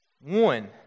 One